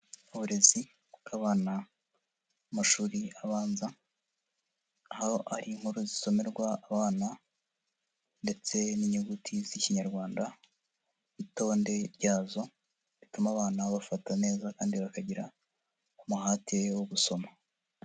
Uburezikabana bw'amashuri abanza, aho ari inkuru zisomerwa abana ndetse n'inyuguti z'ikinyarwanda, n'itonde ryazo, rituma abana bafata neza kandi bakagira umuhati wo gusoma.